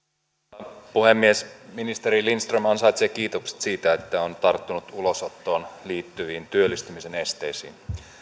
arvoisa puhemies ministeri lindström ansaitsee kiitokset siitä että on tarttunut ulosottoon liittyviin työllistymisen esteisiin